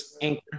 anchor